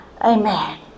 amen